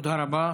תודה רבה.